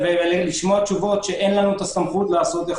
ולשמוע תשובות שאין לנו הסמכות לעשות?